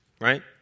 right